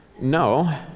No